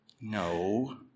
No